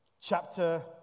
chapter